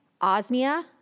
Osmia